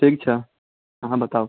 ठीक छै अहाँ बताउ